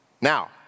Now